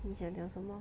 你想讲什么